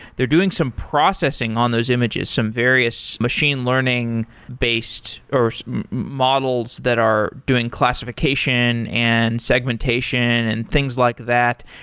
they're doing some processing on those images, some various learning machine learning based, or models that are doing classification and segmentation and things like that.